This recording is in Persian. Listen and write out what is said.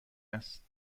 است